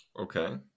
Okay